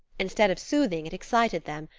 instead of soothing it excited them,